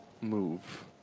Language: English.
move